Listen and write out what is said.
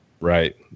Right